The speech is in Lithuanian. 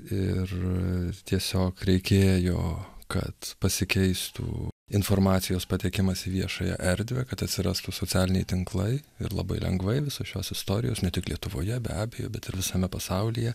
ir tiesiog reikėjo kad pasikeistų informacijos patekimas į viešąją erdvę kad atsirastų socialiniai tinklai ir labai lengvai visos šios istorijos ne tik lietuvoje be abejo bet ir visame pasaulyje